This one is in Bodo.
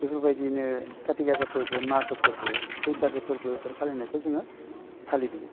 बेबायदिनो काति गासा फोरबो मागो फोरबो बैसागो फोरबोफोर फालिनायखौ जोङो फालिबोयो